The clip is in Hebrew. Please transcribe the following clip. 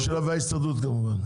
וההסתדרות, כמובן.